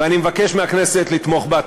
ואני מבקש מהכנסת לתמוך בה.